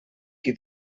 qui